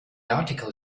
article